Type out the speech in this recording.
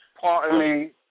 partly